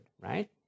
right